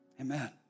amen